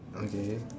okay